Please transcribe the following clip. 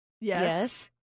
Yes